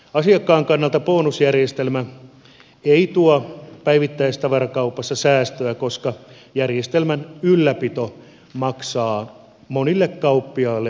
asiakkaan kannalta bonusjärjestelmä ei tuo päivittäistavarakaupassa säästöä koska järjestelmän ylläpito maksaa monille kauppiaille monin verroin